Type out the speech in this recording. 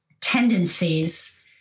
tendencies